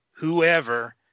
whoever